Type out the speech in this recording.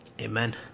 Amen